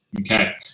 okay